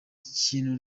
kintu